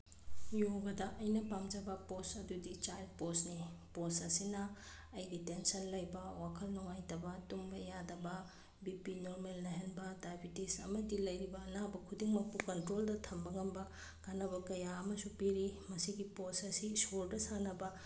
ꯌꯣꯒꯗ ꯑꯩꯅ ꯄꯥꯝꯖꯕ ꯄꯣꯁ ꯑꯗꯨꯗꯤ ꯆꯥꯏ ꯄꯣꯁꯅꯤ ꯄꯣꯁ ꯑꯁꯤꯅ ꯑꯩꯒꯤ ꯇꯦꯟꯁꯟ ꯂꯩꯕ ꯋꯥꯈꯜ ꯅꯨꯡꯉꯥꯏꯇꯕ ꯇꯨꯝꯕ ꯌꯥꯗꯕ ꯕꯤ ꯄꯤ ꯅꯣꯔꯃꯦꯜ ꯂꯩꯍꯟꯕ ꯗꯥꯏꯚꯦꯇꯤꯁ ꯑꯃꯗꯤ ꯂꯩꯔꯤꯕ ꯑꯅꯥꯕ ꯈꯨꯗꯤꯡꯃꯛꯄꯨ ꯀꯟꯇ꯭ꯔꯣꯜꯗ ꯊꯝꯕ ꯉꯝꯕ ꯀꯥꯟꯅꯕ ꯀꯌꯥ ꯑꯃꯁꯨ ꯄꯤꯔꯤ ꯃꯁꯤꯒꯤ ꯄꯣꯁ ꯑꯁꯤ ꯁꯣꯔꯗ ꯁꯥꯟꯅꯕ